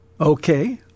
Okay